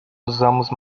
usamos